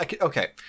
okay